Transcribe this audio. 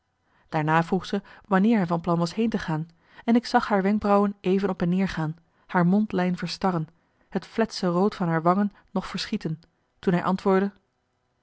daarna vroeg ze wanneer hij van plan was heen te gaan en ik zag haar wenkbrauwen even op en neer gaan haar mondlijn verstarren het fletse rood van haar wangen nog verschieten toen hij antwoordde